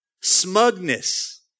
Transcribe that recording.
smugness